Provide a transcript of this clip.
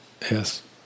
Yes